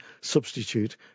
substitute